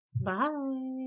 Bye